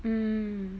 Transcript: mm